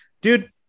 dude